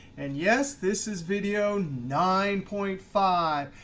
and yes, this is video nine point five.